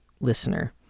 listener